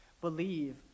believe